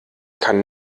kann